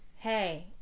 Hey